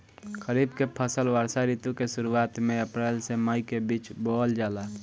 खरीफ के फसल वर्षा ऋतु के शुरुआत में अप्रैल से मई के बीच बोअल जाला